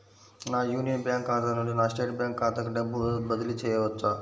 నా Union Bank ఖాతా నుండి నా స్టేట్ బ్యాంకు ఖాతాకి డబ్బు బదిలి చేయవచ్చా?